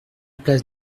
place